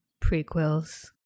prequels